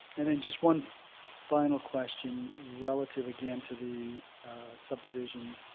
and then just one final question relative again to the subdivision,